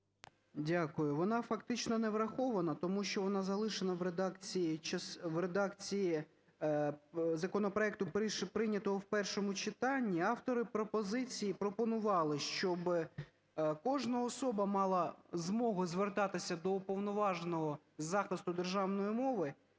Дякую. Вона фактично не врахована, тому що вона залишена в редакції законопроекту, прийнятого в першому читанні. Автори пропозиції пропонували, щоб кожна особа мала змогу звертатися до Уповноваженого із захисту державної мови